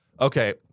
Okay